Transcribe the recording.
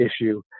issue